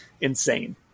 insane